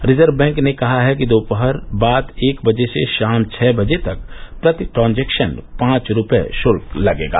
reserve Bank ने कहा है कि दोपहर बाद एक बजे से शाम छः बजे तक प्रति ट्रांजैक्शन पांच रुपये शुल्क लगेगा